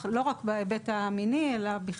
לפיה אדם צריך להרגיש בטוח,